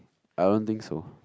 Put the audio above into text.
I don't think so